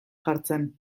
jartzen